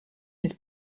his